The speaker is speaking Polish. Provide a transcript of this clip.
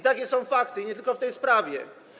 Takie są fakty i to nie tylko w tej sprawie.